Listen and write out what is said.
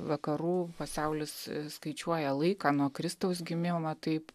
vakarų pasaulis skaičiuoja laiką nuo kristaus gimimo taip